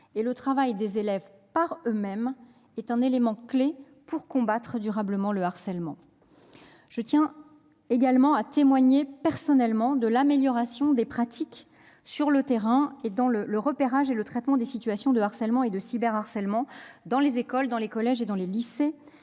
et le travail des élèves par eux-mêmes sont des éléments décisifs pour combattre durablement le harcèlement. Je tiens également à témoigner personnellement de l'amélioration des pratiques sur le terrain, pour le repérage et le traitement des situations de harcèlement et de cyberharcèlement dans les écoles, les collèges et les lycées.